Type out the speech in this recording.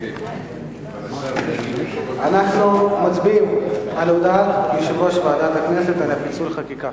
אנחנו מצביעים על הודעת יושב-ראש ועדת הכנסת על פיצול החוק.